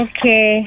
Okay